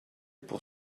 pour